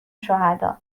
شهداء